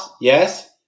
Yes